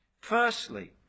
Firstly